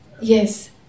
yes